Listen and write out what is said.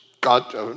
God